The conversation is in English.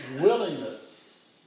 willingness